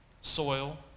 soil